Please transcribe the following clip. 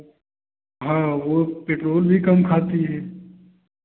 हाँ वो पेट्रोल भी कम खाती है